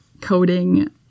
coding